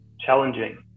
challenging